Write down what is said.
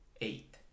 eight